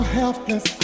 helpless